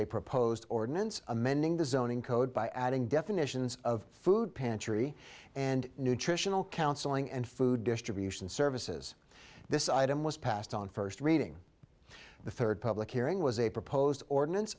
a proposed ordinance amending the zoning code by adding definitions of food pantry and nutritional counseling and food distribution services this item was passed on first reading the third public hearing was a proposed ordinance